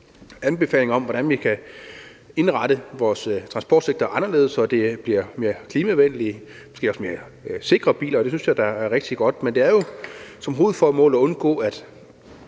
anbefalinger om, hvordan vi kan indrette vores transportsektor anderledes, så det bliver mere klimavenlige og måske også mere sikre biler. Det synes jeg da er rigtig godt, men det er jo et hovedformål at undgå,